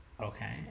Okay